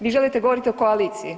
Vi želite govoriti o koaliciji.